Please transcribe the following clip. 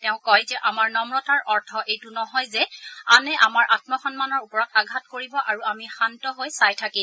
তেওঁ কয় যে আমাৰ নষ্মতাৰ অৰ্থ এইটো নহয় যে আনে আমাৰ আম্ম সন্মাৰ ওপৰত আঘাত কৰিব আৰু আমি শান্ত হৈ চাই থাকিব